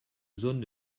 zone